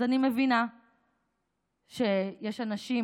אז אני מבינה שיש אנשים